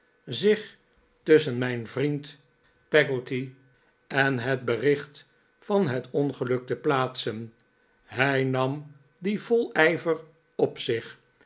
zich tusschen mijn vriend peggotty en het bericht van het ongeluk te plaatsen hij nam die vol ijver op zich